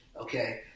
okay